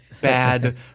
bad